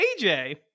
AJ